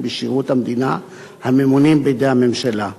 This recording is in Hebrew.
בשירות המדינה הממונים בידי הממשלה.